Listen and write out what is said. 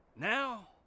Now